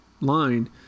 line